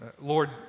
Lord